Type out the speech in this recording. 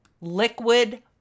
liquid